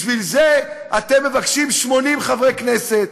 בשביל זה אתם מבקשים 80 חברי כנסת?